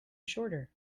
shorter